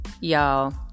y'all